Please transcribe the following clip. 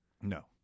No